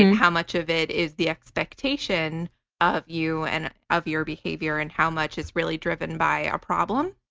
and how much of it is the expectation of you and of your behavior and how much is really driven by a problem.